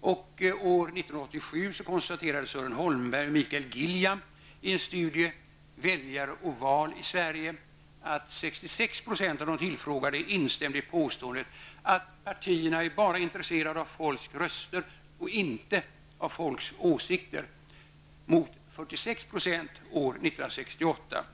År 1987 konstaterade Sören Holmberg och Mikael Gilljam i studien Väljare och val i Sverige att 66 % av de tillfrågade instämde i påståendet att partierna bara är intresserade av folks röster och inte av folks åsikter, mot 46 % år 1968.